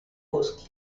bosque